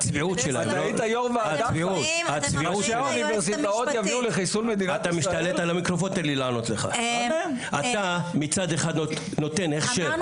כמובן שלראשי האוניברסיטאות לפי חוק השכלה גבוהה סעיף